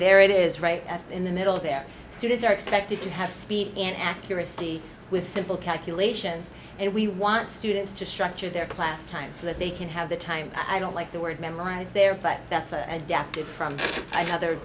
there it is right in the middle there students are expected to have speed and accuracy with simple calculations and we want students to structure their class time so that they can have the time i don't like the word memorize there but that's a definite from other